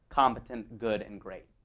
competent, good, and great.